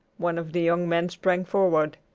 one of the young men sprang forward.